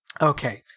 Okay